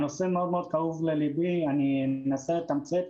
הנושא מאוד קרוב ללבי, אני אנסה לתמצת.